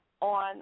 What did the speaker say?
On